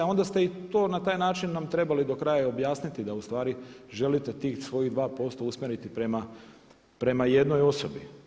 Onda ste i to na taj način nam trebali do kraja objasniti da u stvari želite tih svojih 2% usmjeriti prema jednoj osobi.